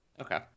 Okay